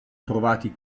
trovati